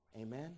Amen